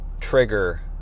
trigger